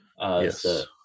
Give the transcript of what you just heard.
Yes